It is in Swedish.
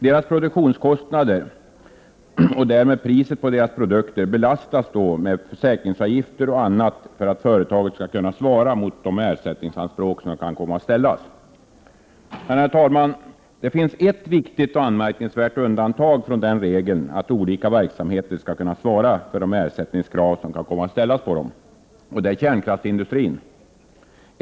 Deras produktionskostnader och därmed priset på deras produkter belastas med försäkringsavgifter och annat för att företaget skall kunna svara mot de ersättningsanspråk som kan komma att ställas. Herr talman! Det finns ett viktigt och anmärkningsvärt undantag från denna regel att olika verksamheter skall kunna svara mot de ersättningskrav som kan komma att ställas. Det är kärnkraftsindustrin.